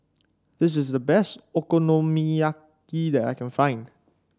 this is the best Okonomiyaki that I can find